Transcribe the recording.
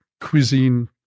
cuisine